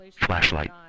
flashlight